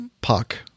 Puck